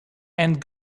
and